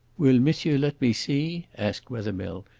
will monsieur let me see? asked wethermill,